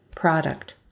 Product